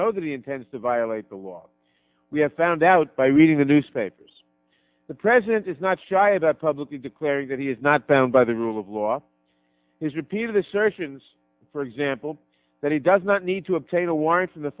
know that he intends to violate the law we have found out by reading the newspapers the president is not shy about publicly declaring that he is not bound by the rule of law his repeated assertions for example that he does not need to obtain a warrant from the